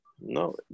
No